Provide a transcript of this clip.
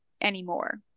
anymore